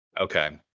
Okay